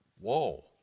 Whoa